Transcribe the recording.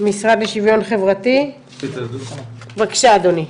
בבקשה אדוני.